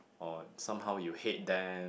or somehow you hate them